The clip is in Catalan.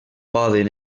poden